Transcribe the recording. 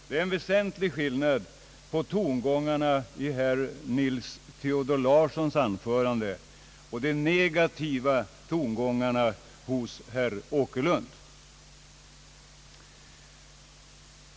Det är en väsentlig skillnad på tongångarna i herr Nils Theodor Larssons anförande och de negativa tongångarna hos herr Åkerlund.